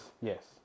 Yes